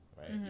right